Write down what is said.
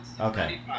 Okay